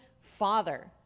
father